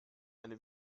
eine